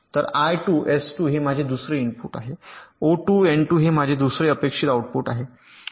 तर I 2 S 2 हे माझे दुसरे इनपुट आहे ओ 2 एन 2 हे माझे दुसरे अपेक्षित आउटपुट आहे